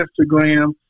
Instagram